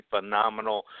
phenomenal